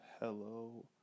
Hello